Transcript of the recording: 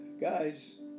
Guys